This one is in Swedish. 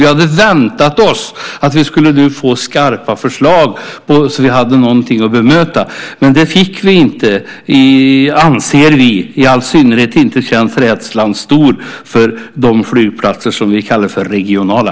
Vi hade väntat oss att vi nu skulle få skarpa förslag så att vi hade någonting att bemöta. Men det anser vi att vi inte fick. I all synnerhet är rädslan stor i fråga om de flygplatser som vi kallar för regionala.